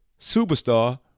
superstar